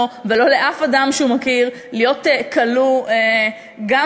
ולא לאף אדם שהוא מכיר להיות כלוא לשנה,